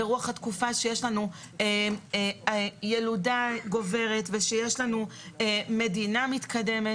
ברוח התקופה שיש לנו ילודה גוברת ויש לנו מדינה מתקדמת,